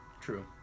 true